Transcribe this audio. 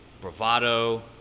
bravado